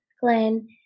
Glenn